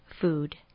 food